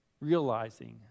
realizing